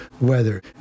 weather